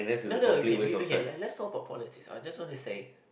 no no okay we we can let's talk about politics I just want to say